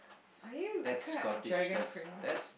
are you a kind of dragon prince